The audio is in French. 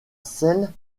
seine